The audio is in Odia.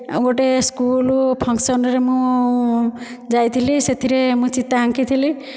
ଆଉ ଗୋଟେ ସ୍କୁଲ ଫଙ୍କସନରେ ମୁଁ ଯାଇଥିଲି ସେଥିରେ ମୁଁ ଚିତା ଆଙ୍କିଥିଲି